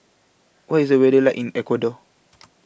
What IS The weather like in Ecuador